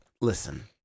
listen